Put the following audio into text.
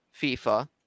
FIFA